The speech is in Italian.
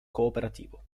cooperativo